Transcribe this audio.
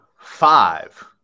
five